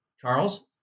Charles